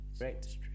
Right